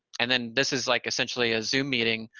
and then, this is like essentially a zoom meeting,